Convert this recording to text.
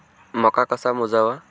मका कसा मोजावा?